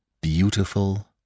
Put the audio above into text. beautiful